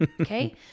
Okay